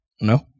No